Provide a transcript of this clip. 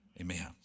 Amen